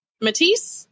Matisse